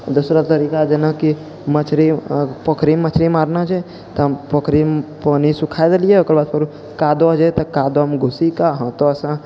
दोसरो तरीका जेनाकि मछरी पोखरिमे मछरी मारना छै तऽ हम पोखरिमे पानी सुखा देलिए ओकर बाद फेरो कादो हो जाइ तऽ कादोमे घुसिकऽ हाथसँ